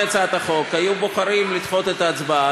הצעת החוק היו בוחרים לדחות את ההצבעה,